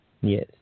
Yes